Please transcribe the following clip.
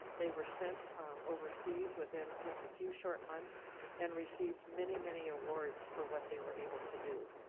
they were sent overseas within just a few short months and received many many awards for what they were able to do.